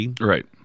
Right